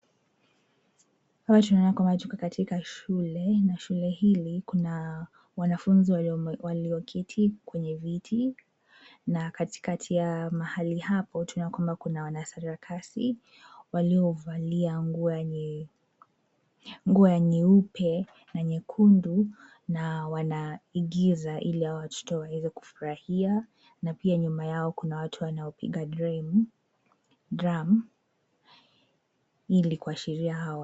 Hapa tunaona kwamba tuko katika shule na shule hili kuna wanafunzi walioketi kwenye viti na katikati ya mahali hapo tunaona kwamba kuna wanasarakasi waliovalia nguo ya nyeupe na nyekundu na wanaigiza ili watoto waweze kufurahia na pia nyuma yao kuna watu wanaopiga drum ili kuashiria hao...